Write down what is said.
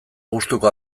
gustuko